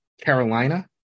Carolina